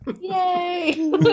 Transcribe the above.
Yay